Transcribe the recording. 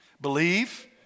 Believe